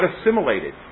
assimilated